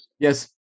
Yes